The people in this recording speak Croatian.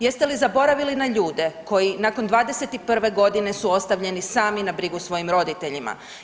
Jeste li zaboravili na ljude koji nakon 21. g. su ostavljeni sami na brigu svojim roditeljima?